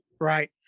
Right